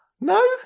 No